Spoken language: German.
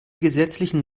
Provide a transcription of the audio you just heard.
gesetzlichen